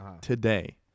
today